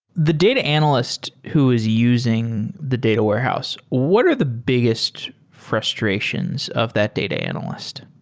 the data analyst who is using the data warehouse, what are the biggest frustrations of that data analyst?